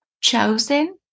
chosen